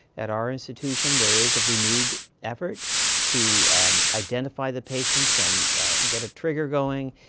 at our institution there is a renewed effort to identify the patients and get a trigger going,